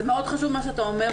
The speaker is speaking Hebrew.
זה מאוד חשוב מה שאתה אומר.